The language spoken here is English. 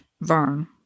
Vern